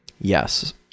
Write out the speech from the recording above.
yes